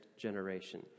generation